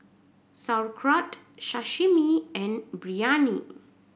Sauerkraut Sashimi and Biryani